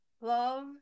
love